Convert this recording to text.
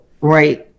right